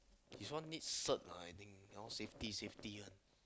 this one need cert lah I think you know safety safety one